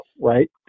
right